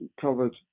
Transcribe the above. covered